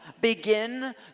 begin